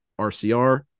RCR